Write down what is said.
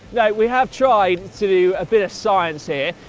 now we have tried to do a bit of science here,